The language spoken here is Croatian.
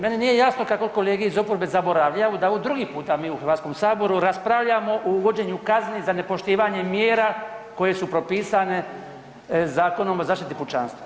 Meni nije jasno kako kolege iz oporbe zaboravljaju da drugi puta mi u HS raspravljamo o uvođenju kazni za nepoštivanje mjera koje su propisane Zakonom o zaštiti pučanstva.